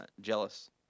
Jealous